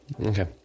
Okay